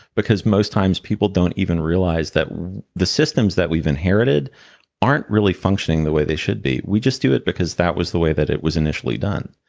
because most times people don't even realize that the systems that we've inherited aren't really functioning the way they should be we just do it because that was the way that it was initially done.